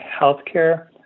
healthcare